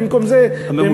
ובמקום זה להחזיר,